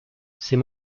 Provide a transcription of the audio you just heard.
ces